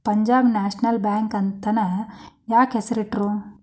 Punjab national bank ಅಂತನ ಯಾಕ್ ಹೆಸ್ರಿಟ್ರು?